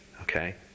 Okay